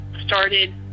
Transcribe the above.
started